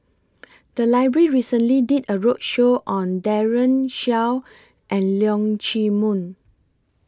The Library recently did A roadshow on Daren Shiau and Leong Chee Mun